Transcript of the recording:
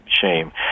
shame